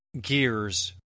gears